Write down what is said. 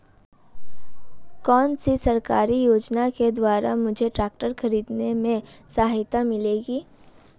कौनसी सरकारी योजना के द्वारा मुझे ट्रैक्टर खरीदने में सहायता मिलेगी?